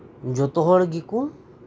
ᱡᱚᱛᱚ ᱦᱚᱲ ᱜᱮᱠᱚ